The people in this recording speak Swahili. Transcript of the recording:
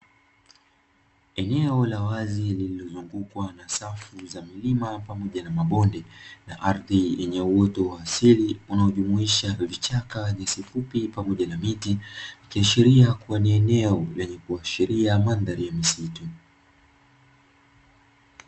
Eneo la wazi lililozungukwa na safu za milima pamoja na mabonde, na ardhi yenye uoto wa asili unaojumuisha vichaka, nyasi fupi, pamoja na miti, ikiashiria kuwa ni eneo lenye kuashiria mandhari ya misitu.